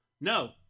No